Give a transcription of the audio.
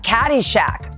Caddyshack